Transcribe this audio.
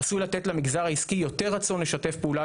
עשוי לתת למגזר העסקי יותר רצון לשתף פעולה